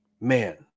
man